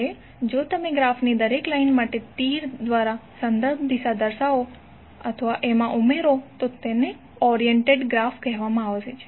હવે જો તમે ગ્રાફની દરેક લાઈન માટે તીર દ્વારા સંદર્ભ દિશાઓ ઉમેરો તો તેને ઓરિએન્ટેડ ગ્રાફ કહેવામાં આવે છે